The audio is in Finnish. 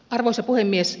arvoisa puhemies